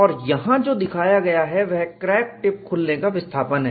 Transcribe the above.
और यहां जो दिखाया गया है वह क्रैक टिप खुलने का विस्थापन है